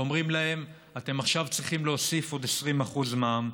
ואומרים להם: אתם עכשיו צריכים להוסיף עוד 20% מע"מ.